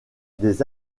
des